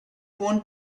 want